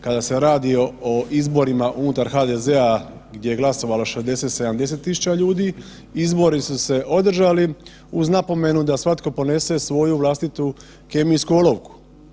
Kada se radi o izborima unutar HDZ gdje je glasovalo 60-70 000 ljudi, izbori su se održali uz napomenu da svatko ponese svoju vlastitu kemijsku olovku.